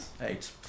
Eight